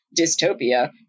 dystopia